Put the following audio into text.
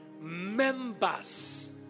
members